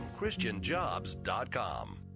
christianjobs.com